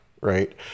right